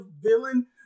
villain